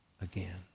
again